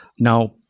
now,